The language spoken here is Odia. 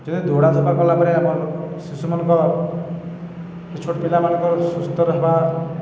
ଯଦି ଦୌଡ଼ା ଧପା କଲାପରେ ଆମ ଶିଶୁମାନଙ୍କ ଛୋଟ ପିଲାମାନଙ୍କର ସୁସ୍ଥ ରହିବା